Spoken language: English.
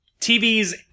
TVs